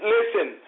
Listen